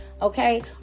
Okay